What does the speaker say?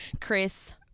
Chris